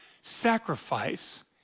sacrifice